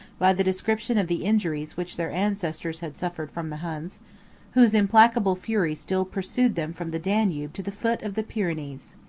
by the description of the injuries which their ancestors had suffered from the huns whose implacable fury still pursued them from the danube to the foot of the pyrenees.